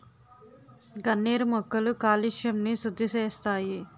గన్నేరు మొక్కలు కాలుష్యంని సుద్దిసేస్తాయి